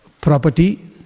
property